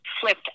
flipped